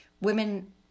women